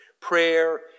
Prayer